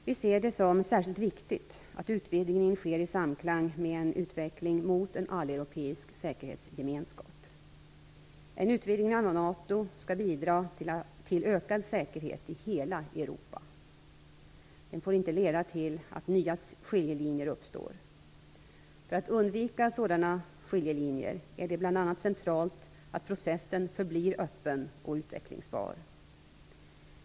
Vi ser det som särskilt viktigt att utvidgningen sker i samklang med en utveckling mot en alleuropeisk säkerhetsgemenskap. En utvidgning av NATO skall bidra till ökad säkerhet i hela Europa. Den får inte leda till att nya skiljelinjer uppstår. För att undvika sådana skiljelinjer är det bl.a. centralt att processen förblir öppen och utvecklingsbar.